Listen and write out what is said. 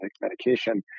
medication